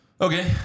Okay